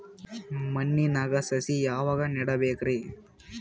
ಮಣ್ಣಿನಾಗ ಸಸಿ ಯಾವಾಗ ನೆಡಬೇಕರಿ?